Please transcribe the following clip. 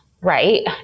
right